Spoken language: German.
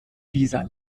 dieser